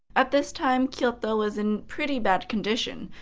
at this time, kyoto was in pretty bad condition,